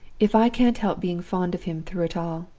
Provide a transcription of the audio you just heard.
if i can't help being fond of him through it all,